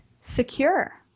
secure